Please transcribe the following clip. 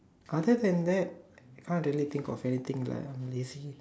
other than that I can't really think of anything leh I am lazy